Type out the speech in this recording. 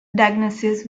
diagnosis